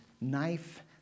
knife